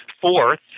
Fourth